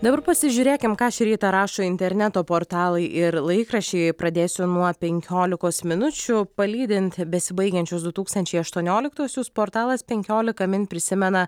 dabar pasižiūrėkim ką šį rytą rašo interneto portalai ir laikraščiai pradėsiu nuo penkiolikos minučių palydint besibaigiančius du tūkstančiai aštuonioliktuosius portalas penkiolika min prisimena